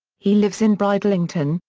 he lives in bridlington,